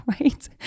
right